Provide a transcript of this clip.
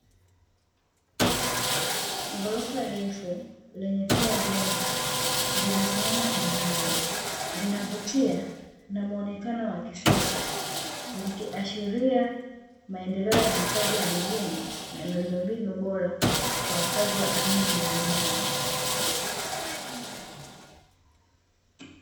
Ghorofa refu lenye vyumba vingi, limesimama imara. Linavutia na muonekano wa kisasa, likiasharia maendeleo ya makazi ya mijini na miundombinu bora kwa wakazi wa aina mbalimbali.